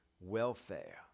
welfare